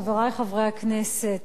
חברי חברי הכנסת,